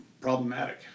problematic